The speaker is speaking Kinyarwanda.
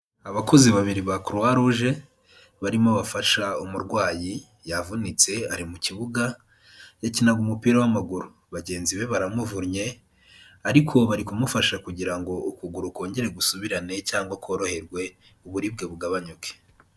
Abakozi babiri ba Croix rouge barimo bafasha umurwayi, yavunitse ari mu kibuga, yakinaga umupira w'amaguru, bagenzi be baramuvunnye ariko bari kumufasha kugira ngo ukuguru kongere gusubirane cyangwa koroherwe, uburibwe bugabanyuke.